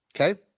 Okay